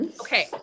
Okay